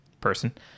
person